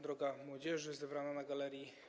Droga młodzieży zebrana na galerii!